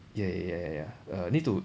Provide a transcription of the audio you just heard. ya ya ya ya ya err need to